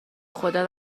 خدا